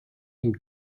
ihm